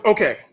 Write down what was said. Okay